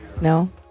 No